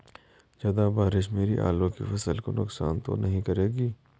ज़्यादा बारिश मेरी आलू की फसल को नुकसान तो नहीं करेगी?